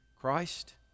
Christ